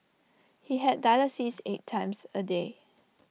he had dialysis eight times A day